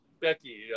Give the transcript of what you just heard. Becky